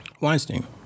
Weinstein